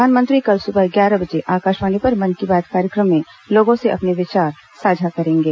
प्रधानमंत्री कल सुबह ग्यारह बजे आकाशवाणी पर मन की बात कार्यक्रम में लोगों से अपने विचार साझा करेंगे